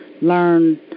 learn